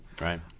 Right